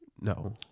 No